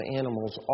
animals